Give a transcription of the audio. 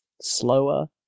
slower